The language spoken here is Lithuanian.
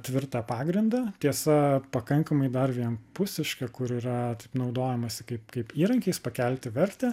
tvirtą pagrindą tiesa pakankamai dar vienpusišką kur yra naudojamasi kaip kaip įrankiais pakelti vertę